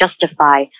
justify